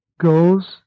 goes